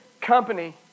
company